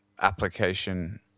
application